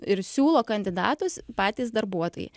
ir siūlo kandidatus patys darbuotojai